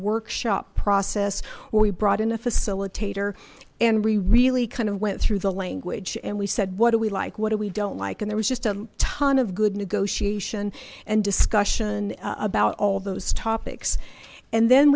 workshop process where we brought in a facilitator and we really kind of went through the language and we said what do we like what do we don't like and there was just a ton of good negotiation and discussion about all those topics and then